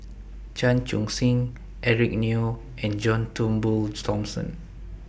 Chan Chun Sing Eric Neo and John Turnbull Thomson